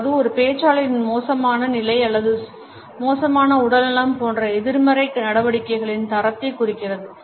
அதாவது ஒரு பேச்சாளரின் மோசமான நிலை அல்லது மோசமான உடல்நலம் போன்ற எதிர்மறை நடவடிக்கைகளின் தரத்தை குறிக்கிறது